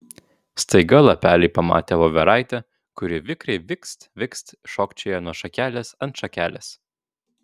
staiga lapeliai pamatė voveraitę kuri vikriai vikst vikst šokčioja nuo šakelės ant šakelės